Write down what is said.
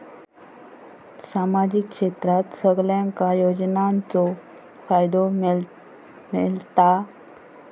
सामाजिक क्षेत्रात सगल्यांका योजनाचो फायदो मेलता?